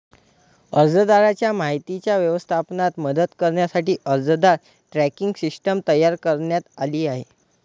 अर्जदाराच्या माहितीच्या व्यवस्थापनात मदत करण्यासाठी अर्जदार ट्रॅकिंग सिस्टीम तयार करण्यात आली आहे